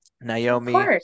Naomi